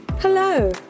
Hello